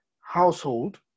household